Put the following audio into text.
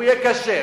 הוא יהיה כשר.